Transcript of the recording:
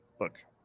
look